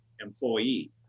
employee